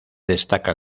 destaca